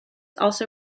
also